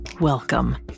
welcome